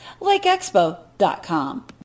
lakeexpo.com